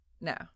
No